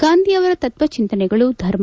ಗಾಂಧಿ ಅವರ ತತ್ವಚಿಂತನೆಗಳು ಧರ್ಮ